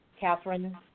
Catherine